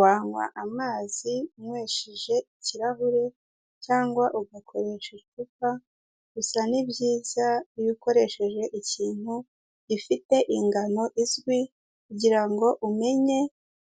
Wanywa amazi unywesheje ikirahure cyangwa ugakoresha icupa, gusa ni byiza iyo ukoresheje ikintu gifite ingano izwi, kugirango umenye